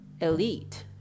elite